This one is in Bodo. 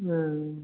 ओं